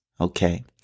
Okay